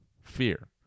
fear